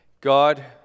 God